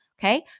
Okay